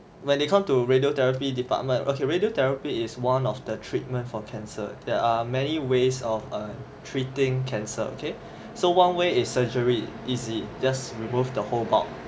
when they come to radiotherapy department okay radiotherapy is one of the treatment for cancer there are many ways of err treating cancer okay so one way is surgery easy just remove the whole bulk